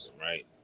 right